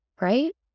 right